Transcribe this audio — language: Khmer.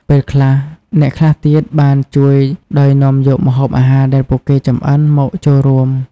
ពេលខ្លះ អ្នកខ្លះទៀតបានជួយដោយនាំយកម្ហូបអាហារដែលពួកគេចម្អិនមកចូលរួម។